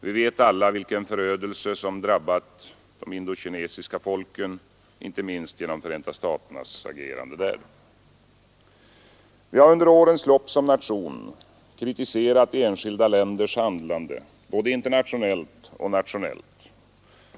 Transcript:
Vi vet alla vilken förödelse som drabbat de indokinesiska folken, inte minst genom Förenta staternas agerande där. Vi har under årens lopp som nation kritiserat enskilda länders handlande både internationellt och nationellt.